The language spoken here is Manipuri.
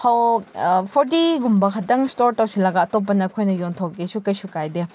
ꯐꯧ ꯐꯣꯔꯇꯤꯒꯨꯝꯕ ꯈꯛꯇꯪ ꯏꯁꯇꯣꯔ ꯇꯧꯁꯤꯜꯂꯒ ꯑꯇꯣꯞꯄꯗ ꯑꯩꯈꯣꯏꯅ ꯌꯣꯟꯊꯣꯛꯀꯦꯁꯨ ꯀꯩꯁꯨ ꯀꯥꯏꯗꯦ